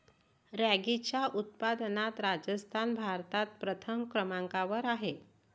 रॅगीच्या उत्पादनात राजस्थान भारतात प्रथम क्रमांकावर आहे